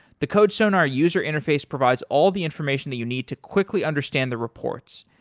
the codesonar user interface provides all the information that you need to quickly understand the reports.